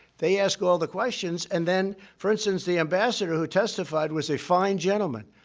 they ask all the questions and then for instance, the ambassador who testified was a fine gentleman.